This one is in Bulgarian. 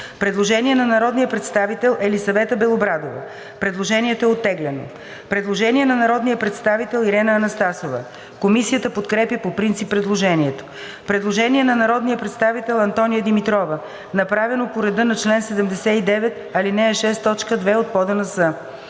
Предложение на народния представител Елисавета Белобрадова. Предложението е оттеглено. Предложение на народния представител Ирена Анастасова. Комисията подкрепя по принцип предложението. Предложение на народния представител Антония Димитрова, направено по реда на чл, 79, ал. 6, т. 2 от ПОДНС.